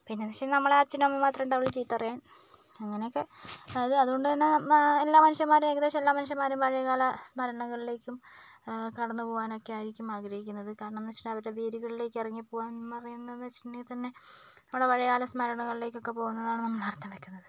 പിന്നേന്ന് വെച്ചാൽ നമ്മളുടെ അച്ഛനും അമ്മയും മാത്രമുണ്ടാവുകയുള്ളു ചീത്ത പറയാൻ അങ്ങനെയൊക്കെ അത് അത്കൊണ്ട് തന്നെ എല്ലാ മനുഷ്യന്മാരും ഏകദേശം എല്ലാ മനുഷ്യന്മാരും പഴയകാല സ്മരണകളിലേക്കും കടന്ന് പോവാനൊക്കെയായിരിക്കും ആഗ്രഹിക്കുന്നത് കാരണമെന്ന് വെച്ചിട്ടുണ്ടെൽ അവരുടെ വേരുകളിലേക്ക് ഇറങ്ങിപ്പോകാൻ പറയുന്നേന്ന് വെച്ചിട്ടുണ്ടെങ്കിൽ തന്നെ നമ്മടെ പഴയകാല സ്മരണകളിലേക്കൊക്കെ പോവുന്നതാണല്ലോ നമ്മളർത്ഥം വയ്ക്കുന്നത്